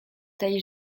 taille